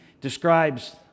describes